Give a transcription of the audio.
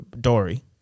Dory